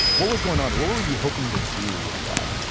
what was going on there? what were you hoping to do with that?